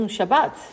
Shabbat